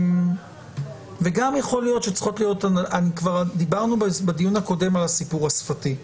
בדיון הקודם דיברנו על הנושא השפתי.